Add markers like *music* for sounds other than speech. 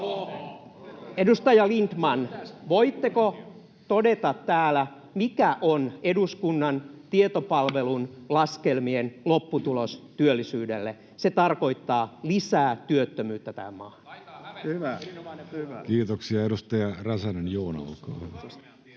Edustaja Lindtman, voitteko todeta täällä, mikä on eduskunnan tietopalvelun *noise* laskelmien lopputulos työllisyydelle? Se tarkoittaa lisää työttömyyttä tähän maahan. [Perussuomalaisten ryhmästä: